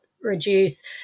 reduce